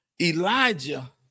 Elijah